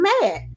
mad